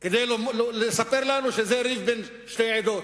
כדי לספר לנו שזה ריב בין שתי עדות.